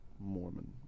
Mormon